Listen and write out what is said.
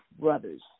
brothers